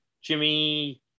Jimmy